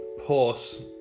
horse